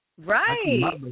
Right